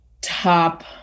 top